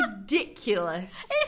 ridiculous